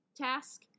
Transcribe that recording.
task